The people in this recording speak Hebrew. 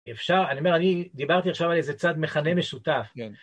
אפשר, אני אומר, אני דיברתי עכשיו על איזה צד מכנה משותף.